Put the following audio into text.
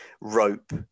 rope